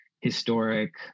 historic